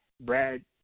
Brad